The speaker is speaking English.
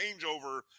changeover